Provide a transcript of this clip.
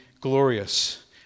glorious